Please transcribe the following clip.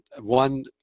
one